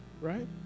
right